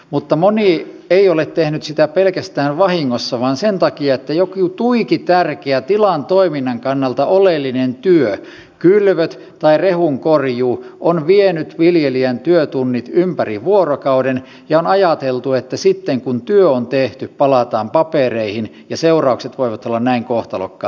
mutta moni ei ole tehnyt sitä pelkästään vahingossa vaan sen takia että jokin tuiki tärkeä tilan toiminnan kannalta oleellinen työ kylvöt tai rehun korjuu on vienyt viljelijän työtunnit ympäri vuorokauden ja on ajateltu että sitten kun työt on tehty palataan papereihin ja seuraukset voivat olla näin kohtalokkaat